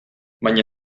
baina